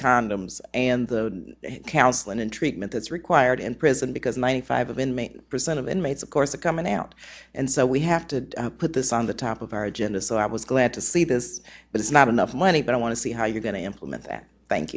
condoms and the counseling and treatment that's required in prison because ninety five of inmate percent of inmates of course the coming out and so we have to put this on the top of our agenda so i was glad to sleep this but it's not enough money but i want to see how you're going to implement that thank